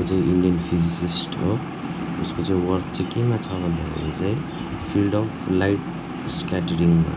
ऊ चाहिँ Indian physicist हो उसको चाहिँ वर्क चाहिँ केमा छ भन्दाखेरि चाहिँ फिल्ड अफ लाइफ स्क्याटरिङमा